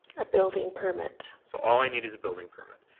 a building permit. so all i need is a building permit.